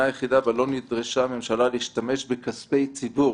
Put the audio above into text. היחידה בו לא נדרשה הממשלה להשתמש בכספי ציבור